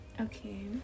Okay